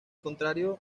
contrario